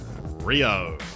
Rio